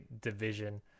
division